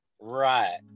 Right